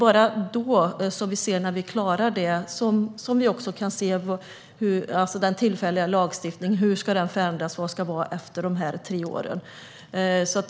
Först när vi ser att vi klarar det kan vi se på hur den tillfälliga lagstiftningen ska förändras och hur den ska vara efter de här tre åren.